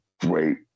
Great